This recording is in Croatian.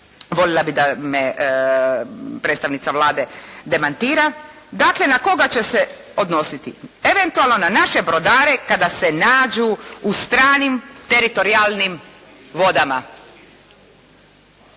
Voljela bih da me predstavnica Vlade demantira. Dakle, na koga će se odnositi. Eventualno na naše brodare kada se nađu u stranim teritorijalnim vodama.